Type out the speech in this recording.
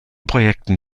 projekten